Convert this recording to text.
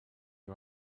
who